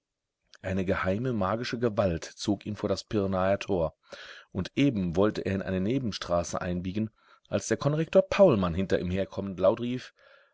eine geheime magische gewalt zog ihn vor das pirnaer tor und eben wollte er in eine nebenstraße einbiegen als der konrektor paulmann hinter ihm herkommend laut rief